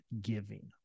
giving